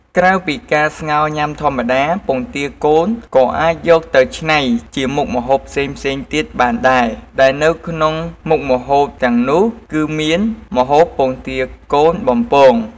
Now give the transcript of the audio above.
ក្រៅពីការស្ងោរញ៉ាំធម្មតា ពងទាកូនក៏អាចយកទៅច្នៃជាមុខម្ហូបផ្សេងៗទៀតបានដែរ ដែលនៅក្នុងមុខម្ហូបទាំងនោះគឺមាន ម្ហូបពងទាកូនបំពង។